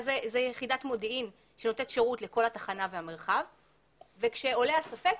זו יחידת מודיעין שנותנת שירות לכל התחנה והמרחב וכשעולה הספק,